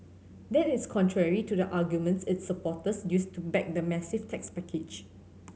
that is contrary to the arguments its supporters used to back the massive tax package